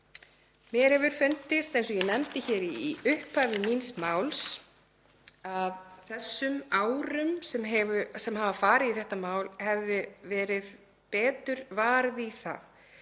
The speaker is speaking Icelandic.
Því hefur mér fundist, eins og ég nefndi hér í upphafi míns máls, að þessum árum sem hafa farið í þetta mál hefði verið betur varið í að